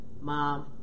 Mom